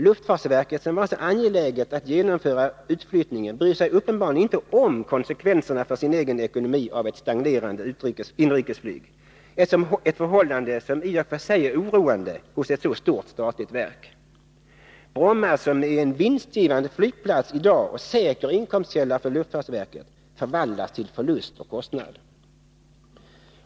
Luftfartsverket, som var så angeläget om att genomföra utflyttningen, bryr sig uppenbarligen inte om konsekvenserna för sin egen ekonomi av ett stagnerande inrikesflyg, ett förhållande som i och för sig är oroande hos ett så stort statligt verk. Bromma, som är en vinstgivande flygplats i dag och säker inkomstkälla för luftfartsverket, förvandlas till förlust och kostnad.